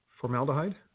Formaldehyde